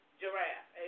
giraffe